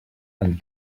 and